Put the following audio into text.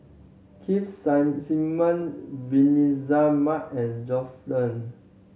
Keith Simmon Vanessa Mae and Josef Ng